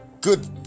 good